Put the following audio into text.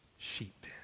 sheep